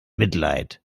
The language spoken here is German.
mitleid